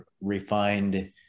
refined